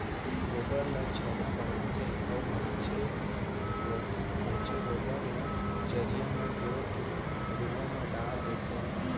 गोबर ल छेना बनाथे अउ बांचे खोंचे गोबर ल चरिहा म जोर के घुरूवा म डार देथे